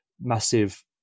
massive